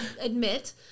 admit